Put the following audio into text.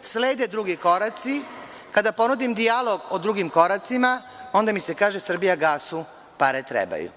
slede drugi koraci, a kada ponudim dijalog o drugim koracima, onda mi se kaže – „Srbijagasu“ pare trebaju.